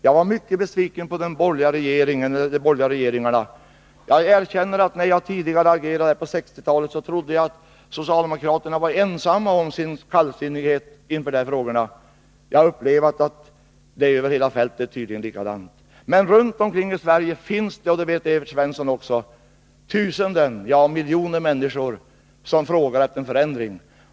Jag var mycket besviken på de borgerliga regeringarna. När jag på 1960-talet agerade i dessa frågor trodde jag att socialdemokraterna var ensamma om sin kallsinnighet, men jag har upplevt att det tydligen är likadant över hela fältet. Runt om i Sverige finns det emellertid — det vet också Evert Svensson — tusenden, ja, miljoner människor som frågar efter en förändring.